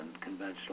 conventional